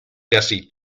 gussie